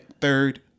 third